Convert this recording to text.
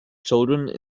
children